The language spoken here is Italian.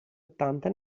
ottanta